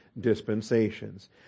dispensations